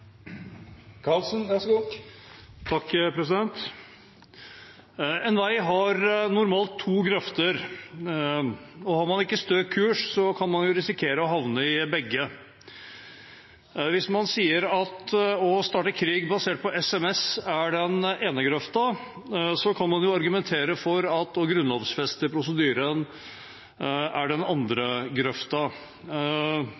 En vei har normalt to grøfter. Har man ikke stø kurs, kan man risikere å havne i begge. Hvis man sier at å starte krig basert på SMS er den ene grøfta, kan man argumentere for at å grunnlovfeste prosedyren er den andre